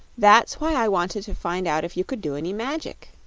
that's why i wanted to find out if you could do any magic,